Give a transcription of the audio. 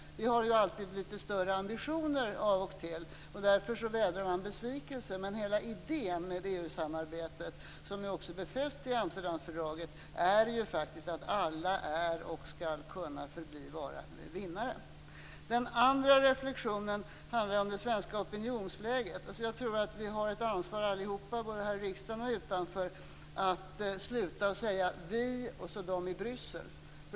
Vi har ju alltid litet högre ambitioner, av och till, och därför vädrar man besvikelse. Men hela idén med EU-samarbetet, som ju också befästs i Amsterdamfördraget, är att alla är och skall kunna förbli vinnare. Den andra reflexionen hamnar om det svenska opinionsläget. Jag tror att vi har ett ansvar allihop, både här i riksdagen och utanför, att sluta säga: Vi och så de i Bryssel.